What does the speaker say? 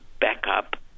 backup